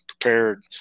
prepared